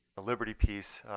the liberty piece